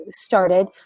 started